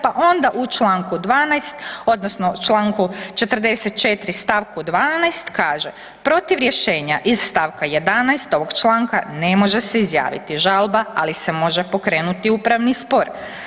Pa onda u članku 12. odnosno članku 44. stavku 12. kaže: „Protiv rješenja iz stavka 11. ovog članka ne može se izjaviti žalba, ali se može pokrenuti upravni spor.